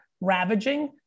ravaging